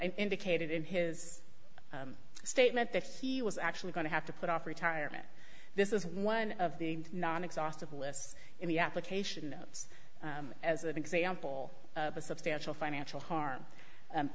indicated in his statement that he was actually going to have to put off retirement this is one of the non exhaustive lists in the application notes as an example of a substantial financial harm